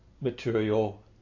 material